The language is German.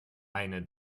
eine